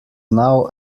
now